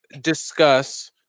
discuss